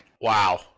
Wow